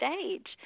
stage